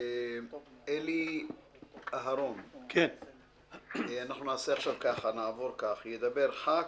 אלי אהרון, אנחנו עכשיו כך: ידבר ח"כ